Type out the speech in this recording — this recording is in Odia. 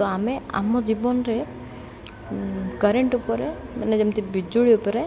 ତ ଆମେ ଆମ ଜୀବନରେ କରେଣ୍ଟ୍ ଉପରେ ମାନେ ଯେମିତି ବିଜୁଳି ଉପରେ